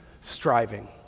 striving